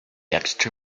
extra